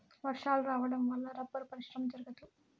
వర్షాలు రావడం వల్ల రబ్బరు పరిశ్రమ జరగదు